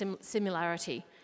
similarity